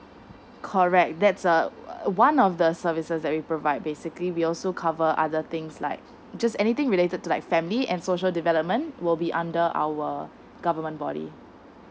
correct that's err one of the services that we provide basically we also cover other things like just anything related to like family and social development will be under our government body